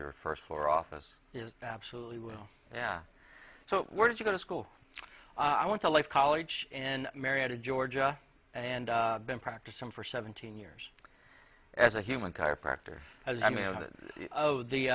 your first floor office is absolutely well yeah so where did you go to school i went to live college in marietta georgia and been practicing for seventeen years as a human chiropractor